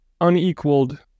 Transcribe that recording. unequaled